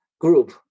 group